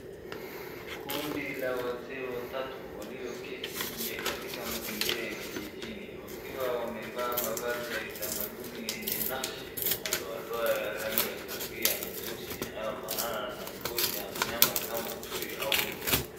Kundi la wazee watatu walioketi nje katika mazingira ya kijijini wakiwa wamevaa mavazi ya kitamanduni yenye nakshi na madoadoa ya rangi ya kahawia na nyeusi yanayofanana na ngozi ya mnyama kama chui au duma.